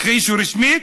הכחישו רשמית?